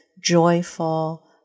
joyful